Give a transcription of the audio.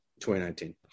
2019